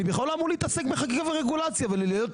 אני בכלל לא אמור להתעסק בחקיקה ורגולציה ולהיות